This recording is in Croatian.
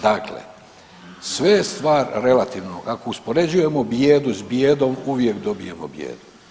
Dakle, sve je stvar relativnog, ako uspoređujemo bijedu s bijedom uvijek dobijemo bijedu.